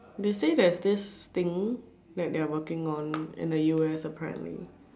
they say there's this thing that they're working on in the us apparently